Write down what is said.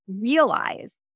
realize